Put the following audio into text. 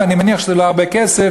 ואני מניח שזה לא הרבה כסף,